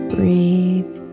Breathe